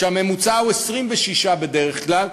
והממוצע הוא 26 בדרך כלל,